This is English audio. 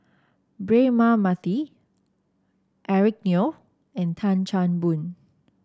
Braema Mathi Eric Neo and Tan Chan Boon